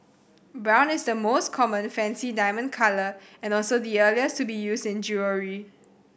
brown is the most common fancy diamond colour and also the earliest to be used in jewellery